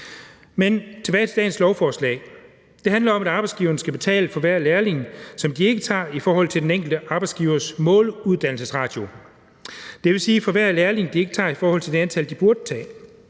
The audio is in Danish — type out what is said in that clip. Men tilbage til dagens lovforslag. Det handler om, at arbejdsgiveren skal betale for hver lærling, som de ikke tager i forhold til den enkelte arbejdsgivers måluddannelsesratio – dvs. for hver lærling, som de ikke tager i forhold til det antal, som de burde tage.